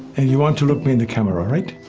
and you want to look me in the camera right?